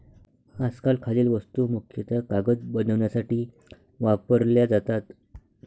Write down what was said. आजकाल खालील वस्तू मुख्यतः कागद बनवण्यासाठी वापरल्या जातात